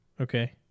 okay